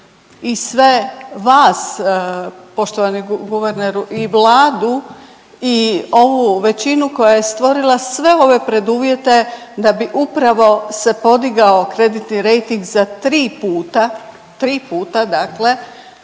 i sve vas poštovani guverneru i Vladu i ovu većinu koja je stvorila sve ove preduvjete da bi upravo se podigao kreditni rejting za tri puta, tri puta dakle